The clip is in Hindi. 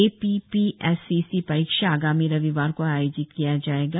ए पी पी एस सी सी परीक्षा आगामी रविवार को आयोजित किया जाएगा